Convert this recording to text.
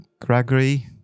Gregory